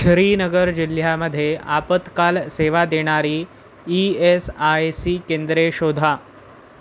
श्रीनगर जिल्ह्यामध्ये आपत्काल सेवा देणारी ई एस आय सी केंद्रे शोधा